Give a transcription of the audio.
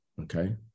Okay